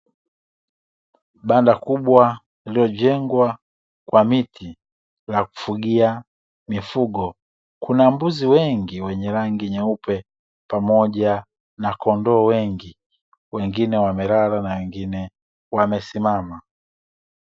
Banda kubwa lililojengwa kwa miti la kufugia mifugo. Kuna mbuzi wengi wenye rangi nyeupe pamoja na kondoo wengi, wengine wamelala na wengine wamesimama.